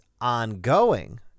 ongoing